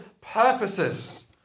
purposes